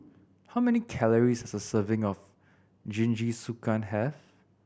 how many calories does a serving of Jingisukan have